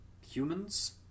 humans